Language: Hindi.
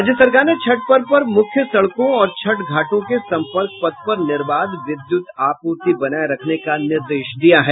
राज्य सरकार ने छठ पर्व पर मुख्य सड़कों और छठ घाटों के सम्पर्क पथ पर निर्बाध विद्युत आपूर्त्ति बनाये रखने का निर्देश दिया है